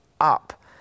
up